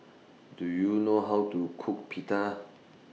Do YOU know How to Cook Pita